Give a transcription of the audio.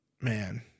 Man